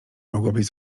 mogłabyś